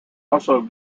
also